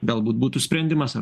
galbūt būtų sprendimas